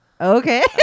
Okay